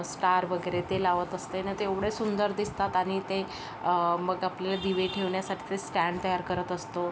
star वगैरे ते लावत असते ना ते एवढे सुंदर दिसतात आणि ते मग आपल्याला दिवे ठेवण्यासाठी ते स्टँड तयार करत असतो